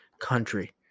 country